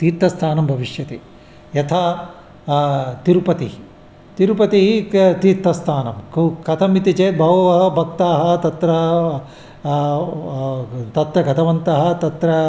तीर्थस्थानानि भविष्यन्ति यथा तिरुपति तिरुपति इत्य तीर्थस्थानं कु कथम् इति चेत् बहवः भक्ताः तत्र तत्र गतवन्तः तत्र